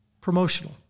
promotional